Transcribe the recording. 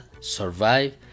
survive